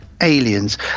aliens